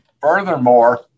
Furthermore